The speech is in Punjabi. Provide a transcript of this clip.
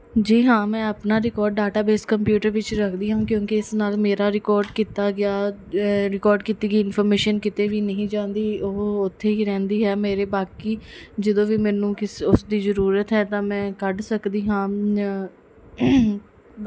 ਜੀ ਹਾਂ ਮੈਂ ਆਪਣਾ ਰਿਕਾਰਡ ਡਾਟਾ ਬੇਸ ਕੰਪਿਊਟਰ ਵਿੱਚ ਰੱਖਦੀ ਹਾਂ ਕਿਉਂਕਿ ਇਸ ਨਾਲ ਮੇਰਾ ਰਿਕਾਰਡ ਕੀਤਾ ਗਿਆ ਰਿਕਾਰਡ ਕੀਤੀ ਗਈ ਇਨਫੋਰਮੇਸ਼ਨ ਕਿਤੇ ਵੀ ਨਹੀਂ ਜਾਂਦੀ ਉਹ ਉੱਥੇ ਹੀ ਰਹਿੰਦੀ ਹੈ ਮੇਰੇ ਬਾਕੀ ਜਦੋਂ ਵੀ ਮੈਨੂੰ ਕਿਸ ਉਸਦੀ ਜ਼ਰੂਰਤ ਹੈ ਤਾਂ ਮੈਂ ਕੱਢ ਸਕਦੀ ਹਾਂ